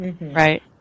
Right